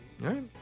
right